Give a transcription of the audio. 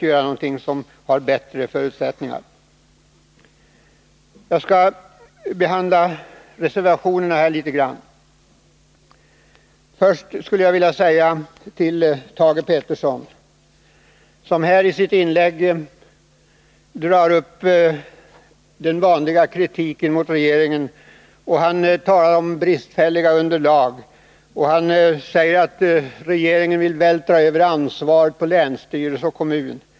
Jag skall nu något behandla reservationerna. Thage Peterson kom i sitt inlägg med den vanliga kritiken mot regeringen. Han talade om ett bristfälligt underlag och sade att regeringen vill vältra över ansvaret på länsstyrelse och kommun.